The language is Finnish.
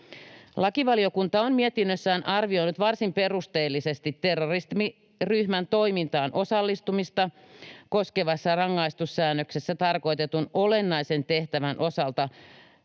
Lakivaliokunta on mietinnössään arvioinut varsin perusteellisesti terroristiryhmän toimintaan osallistumista koskevassa rangaistussäännöksessä tarkoitetun olennaisen tehtävän osalta